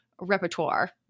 repertoire